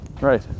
right